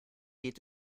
geht